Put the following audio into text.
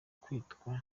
kwitwa